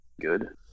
good